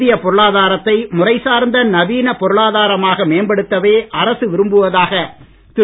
இந்திய பொருளாதாரத்தை முறை சார்ந்த நவீன பொருளதாரமாக மேம்படுத்தவே அரசு விரும்புவதாக திரு